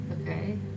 Okay